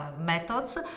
methods